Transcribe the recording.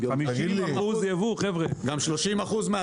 50% ייבוא,